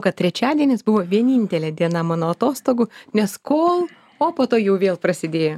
kad trečiadienis buvo vienintelė diena mano atostogų nes kol o po to jau vėl prasidėjo